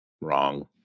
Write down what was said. wrong